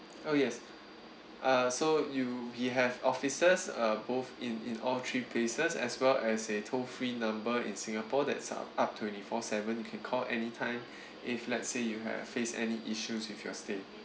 oh yes uh so you we have offices uh both in in all three places as well as a toll free number in singapore that's uh up twenty four seven you can call anytime if let's say you have faced any issues with your stay